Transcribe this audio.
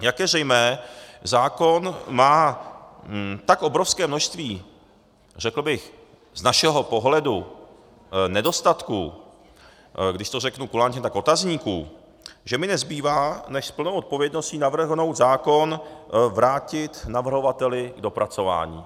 Jak je zřejmé, zákon má tak obrovské množství, řekl bych z našeho pohledu, nedostatků, když to řeknu kulantně, tak otazníků, že mi nezbývá než s plnou odpovědností navrhnout zákon vrátit navrhovateli k dopracování.